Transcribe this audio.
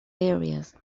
areas